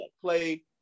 play